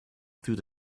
through